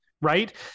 Right